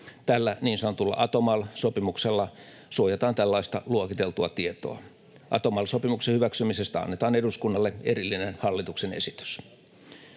Tällä niin sanotulla ATOMAL-sopimuksella suojataan tällaista luokiteltua tietoa. ATOMAL-sopimuksen hyväksymisestä annetaan eduskunnalle erillinen hallituksen esitys